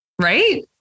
Right